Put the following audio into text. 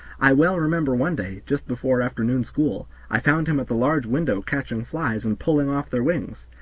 i well remember one day, just before afternoon school, i found him at the large window catching flies and pulling off their wings.